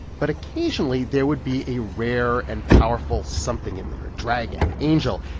but occasionally, there would be a rare and powerful something in there a dragon, an angel.